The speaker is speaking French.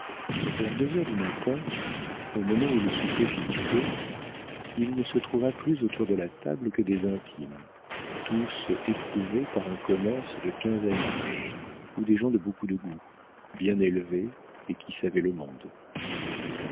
vers deux heures du matin au moment où le souper finissait il ne se trouva plus autour de la table que des intimes tous éprouvés par un commerce de quinze années ou des gens de beaucoup de goût bien élevés et qui savaient le monde